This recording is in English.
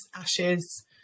ashes